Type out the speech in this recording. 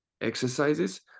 exercises